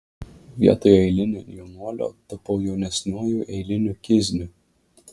vietoje eilinio jaunuolio tapau jaunesniuoju eiliniu kizniu